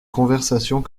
conversations